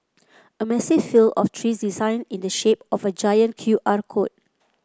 a massive field of trees designed in the shape of a giant Q R code